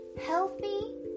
healthy